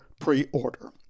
pre-order